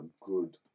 good